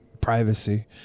privacy